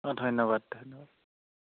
অঁ ধন্যবাদ